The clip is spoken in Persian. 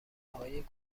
های